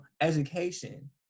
education